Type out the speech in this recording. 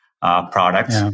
products